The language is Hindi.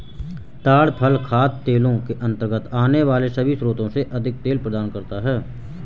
ताड़ फल खाद्य तेलों के अंतर्गत आने वाले सभी स्रोतों से अधिक तेल प्रदान करता है